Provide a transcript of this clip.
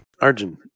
Arjun